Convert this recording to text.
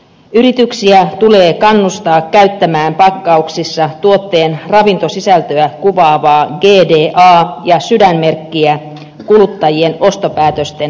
yrityksiä tulee kannustaa käyttämään pakkauksissa tuotteen ravintosisältöä kuvaavaa gda ja sydänmerkkiä kuluttajien ostopäätösten helpottamiseksi